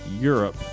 Europe